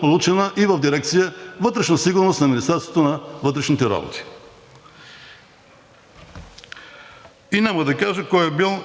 получена и в дирекция „Вътрешна сигурност“ на Министерството на вътрешните работи.“ И няма да кажа кой е бил